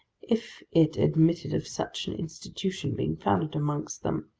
if it admitted of such an institution being founded amongst them,